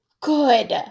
Good